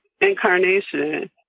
incarnation